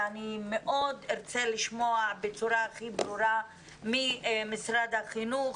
ואני מאוד ארצה לשמוע בצורה הכי ברורה ממשרד החינוך,